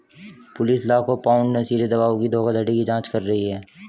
police लाखों pound नशीली दवाओं की धोखाधड़ी की जांच कर रही है